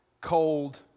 cold